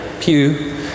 pew